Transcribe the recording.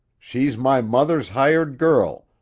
she's my mother's hired girl,